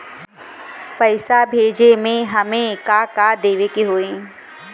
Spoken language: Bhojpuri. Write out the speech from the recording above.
पैसा भेजे में हमे का का देवे के होई?